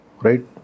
right